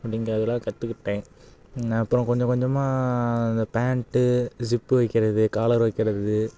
அப்படிங்கிறதுலாம் கற்றுக்கிட்டேன் அப்புறம் கொஞ்சம் கொஞ்சமாக அந்த பேண்ட்டு ஸிப்பு வைக்கிறது காலர் வைக்கிறது